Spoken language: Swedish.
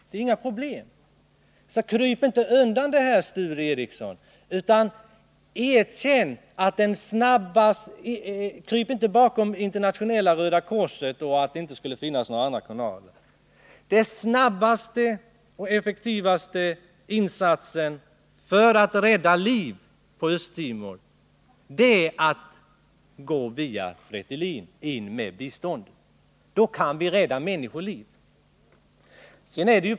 Det är inga problem, så kryp inte bakom påståendet att Internationella röda korset skulle vara den enda kanalen, Sture Korpås. Den snabbaste och effektivaste insatsen för att rädda liv på Östtimor är att gå in med bistånd via Fretilin. Då kan vi rädda människoliv.